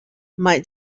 might